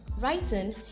writing